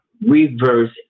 reverse